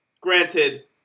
granted